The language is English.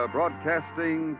Broadcasting